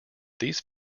these